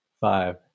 five